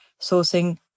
sourcing